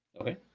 Okay